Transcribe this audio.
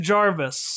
Jarvis